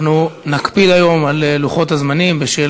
אנחנו נקפיד היום על לוחות הזמנים בשל